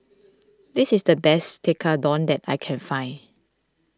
this is the best Tekkadon that I can find